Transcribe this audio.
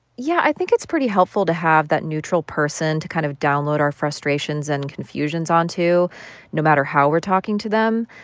yeah, i think it's pretty helpful to have that neutral person to kind of download our frustrations and confusions onto no matter how we're talking to them.